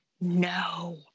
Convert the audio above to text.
no